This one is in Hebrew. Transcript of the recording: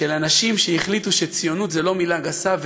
של אנשים שהחליטו שציונות זו לא מילה גסה,